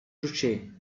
ручей